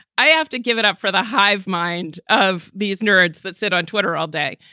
i have to give it up for the hive mind of these nerds that sit on twitter all day.